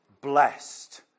blessed